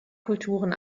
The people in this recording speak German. kulturen